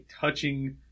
touching